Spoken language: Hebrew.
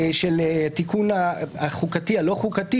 התיקון החוקתי, הלא חוקתי